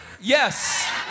Yes